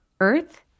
earth